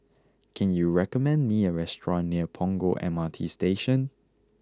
can you recommend me a restaurant near Punggol M R T Station